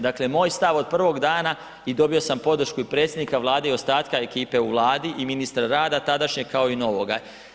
Dakle, moj stav od prvog dana i dobio sam podršku i predsjednika Vlade i ostatka ekipe u Vladi i ministra rada tadašnjeg kao i novoga.